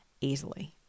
easily